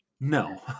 No